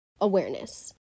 awareness